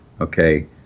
okay